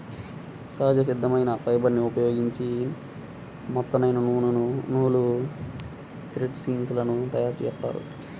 సహజ సిద్ధమైన ఫైబర్ని ఉపయోగించి మెత్తనైన నూలు, థ్రెడ్ స్పిన్ లను తయ్యారుజేత్తారు